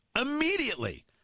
immediately